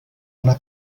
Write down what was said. una